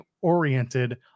oriented